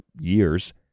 years